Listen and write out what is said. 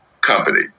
company